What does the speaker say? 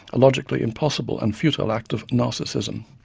a logically impossible and futile act of narcissism.